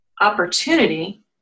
opportunity